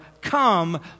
come